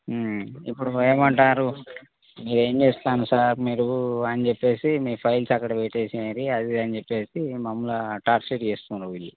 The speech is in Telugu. ఇప్పుడు ఏమంటారు ఏం చేస్తాను సార్ మీరు అని చెప్పేసి మీ ఫైల్స్ అక్కడ పెట్టేసేయేండి అది అని చెప్పేసి మమ్ముల్ని టార్చర్ చేస్తున్నారు వీళ్ళు